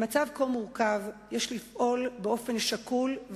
במצב כה מורכב יש לפעול באופן שקול,